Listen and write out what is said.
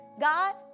God